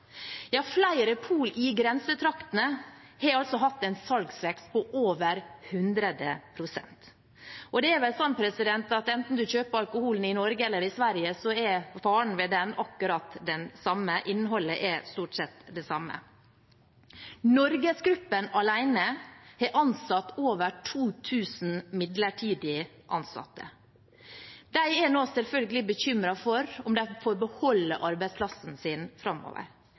Flere pol i grensetraktene har hatt en salgsvekst på over 100 pst. Og det er vel sånn at enten man kjøper alkoholen i Norge eller i Sverige, er faren ved den akkurat den samme. Innholdet er stort sett det samme. Norgesgruppen alene har ansatt over 2 000 midlertidig ansatte. De er nå selvfølgelig bekymret for om de får beholde arbeidsplassen sin framover.